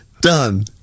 Done